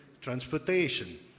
transportation